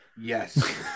Yes